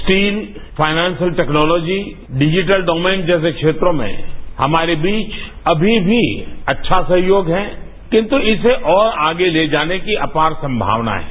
steel financial technology digital domain जैसे क्षेत्रोमें हमारे बीच अभी भी अच्छा सहयोग है किंतु इसेऔर आगे ले जाने की अपार संभावनाएं हैं